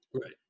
right